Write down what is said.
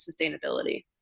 sustainability